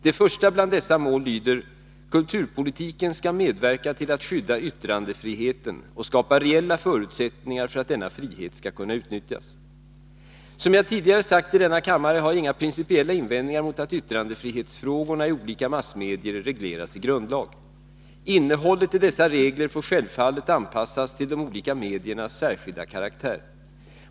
Det första bland dessa mål lyder: Kulturpolitiken skall medverka till att skydda yttrandefriheten och skapa reella förutsättningar för att denna frihet skall kunna utnyttjas. Som jag tidigare har sagt i denna kammare har jag inga principiella invändningar mot att yttrandefrihetsfrågorna i olika massmedier regleras i grundlag. Innehållet i dessa regler får självfallet anpassas till de olika 117 mediernas särskilda karaktär.